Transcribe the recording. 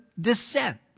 descent